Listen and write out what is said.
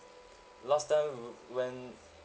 last time wh~ when